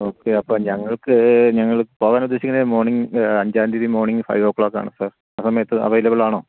okay അപ്പോൾ ഞങ്ങൾക്ക് ഞങ്ങള് പോകാന് ഉദ്ദേശിക്കുന്നത് മോണിങ്ങ് അഞ്ചാം തീയ്യതി മോണിങ്ങ് ഫൈവ് ഒ ക്ലോക്കാണ് സാര് ആ സമയത്ത് അവൈലബിളാണോ